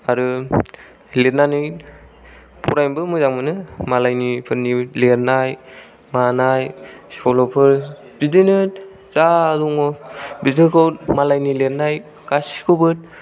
आरो लिरनानै फरायनोबो मोजां मोनो मालायनिफोरनि लिरनाय मानाय सल'फोर बिदिनो जा दङ बेफोरखौ मालायनि लिरनाय गासैखौबो